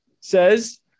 says